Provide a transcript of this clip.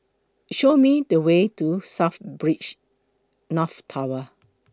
Show Me The Way to South North Tower